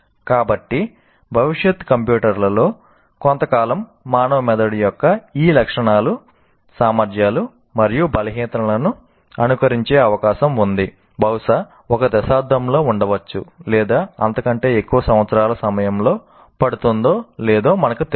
కాబట్టి భవిష్యత్ కంప్యూటర్లలో కొంతకాలం మానవ మెదడు యొక్క ఈ లక్షణాలు సామర్థ్యాలు మరియు బలహీనతలను అనుకరించే అవకాశం ఉంది బహుశా ఒక దశాబ్దంలో ఉండవచ్చు లేదా అంతకంటే ఎక్కువ సంవత్సరాల సమయం పడుతుందో లేదో మనకు తెలియదు